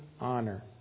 honor